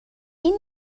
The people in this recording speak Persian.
این